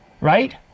Right